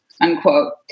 Unquote